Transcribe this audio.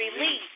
release